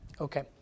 Okay